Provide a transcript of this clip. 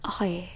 Okay